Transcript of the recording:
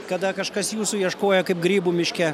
kada kažkas jūsų ieškojo kaip grybų miške